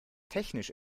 technisch